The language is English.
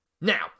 Now